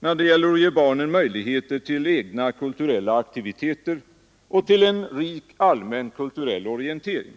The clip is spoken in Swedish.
när det gäller att ge barnen möjligheter till egna kulturella aktiviteter och till en rik allmän kulturell orientering.